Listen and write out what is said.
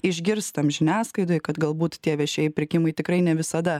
išgirstam žiniasklaidoje kad galbūt tie viešieji pirkimai tikrai ne visada